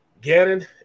Gannon